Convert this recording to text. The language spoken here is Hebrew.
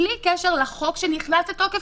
בלי קשר לחוק שנכנס לתוקף,